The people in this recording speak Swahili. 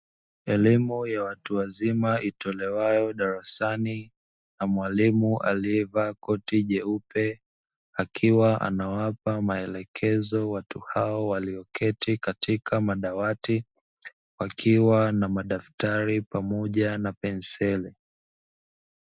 Elimu ya watu wazima iyolewayo na mwalimu, aliyevaa koti jeupe, akiwa anawapa maelekezo watu hawa walioketi katika madawati wakiwa na madaftari pamoja na penseli.